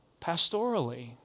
pastorally